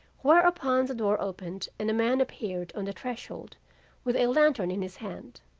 whereupon the door opened and a man appeared on the threshold with a lantern in his hand.